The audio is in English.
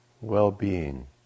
well-being